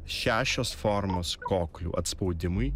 šešios formos koklių atspaudimui